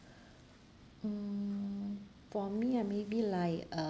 mm for me uh maybe like um